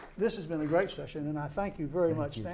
this has been a great session, and i thank you very much,